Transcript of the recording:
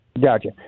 Gotcha